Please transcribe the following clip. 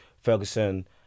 Ferguson